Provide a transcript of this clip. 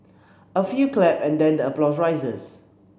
a few clap and then the applause rises